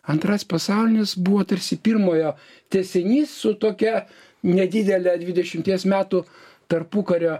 antras pasaulinis buvo tarsi pirmojo tęsinys su tokia nedidele dvidešimties metų tarpukario